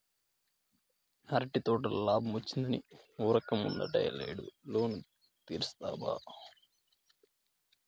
అరటి తోటల లాబ్మొచ్చిందని ఉరక్క ముందటేడు లోను తీర్సబ్బా